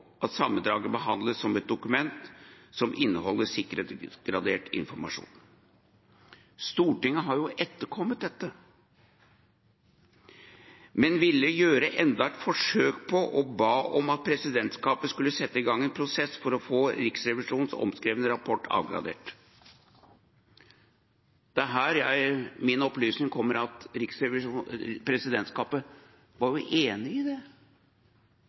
at sammendraget behandles som et dokument som inneholder sikkerhetsgradert informasjon. Stortinget har etterkommet dette, men ville gjøre enda et forsøk og ba om at presidentskapet skulle sette i gang en prosess for å få Riksrevisjonens omskrevne rapport avgradert. Det er her min opplysning kommer om at presidentskapet var enig i det